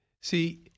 See